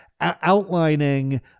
Outlining